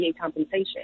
compensation